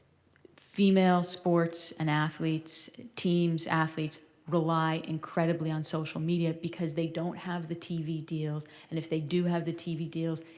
female sports and athletes, teams, athletes rely incredibly on social media, because they don't have the tv deals. and if they do have the tv deals,